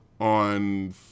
on